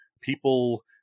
People